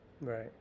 Right